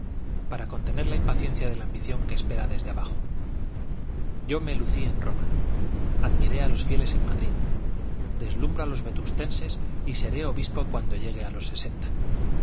para contener la impaciencia de la ambición que espera desde abajo yo me lucí en roma admiré a los fieles en madrid deslumbro a los vetustenses y seré obispo cuando llegue a los sesenta